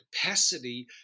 capacity